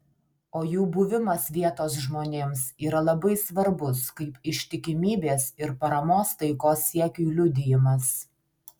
o jų buvimas vietos žmonėms yra labai svarbus kaip ištikimybės ir paramos taikos siekiui liudijimas